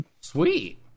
sweet